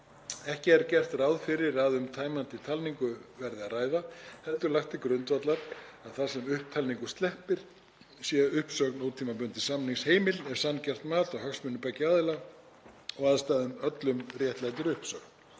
Ekki er gert ráð fyrir að um tæmandi talningu verði að ræða heldur lagt til grundvallar að þar sem upptalningu sleppir sé uppsögn ótímabundins samnings heimil ef sanngjarnt mat á hagsmunum beggja aðila og aðstæðum öllum réttlætir uppsögn.